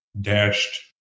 dashed